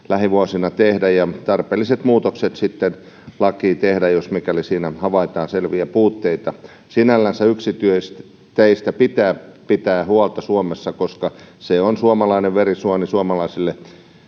lähivuosina tehdä ja tarpeelliset muutokset sitten lakiin tehdä mikäli siinä havaitaan selviä puutteita sinällänsä yksityisteistä pitää pitää huolta suomessa koska se on suomalainen verisuoni suomalaiselle